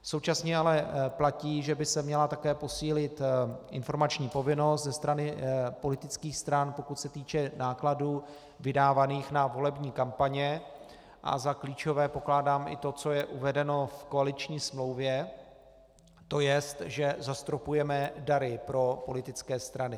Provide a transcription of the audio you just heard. Současně ale platí, že by se měla také posílit informační povinnost ze strany politických stran, pokud se týče nákladů vydávaných na volební kampaně, a za klíčové pokládám i to, co je uvedeno v koaliční smlouvě, to jest, že zastropujeme dary pro politické strany.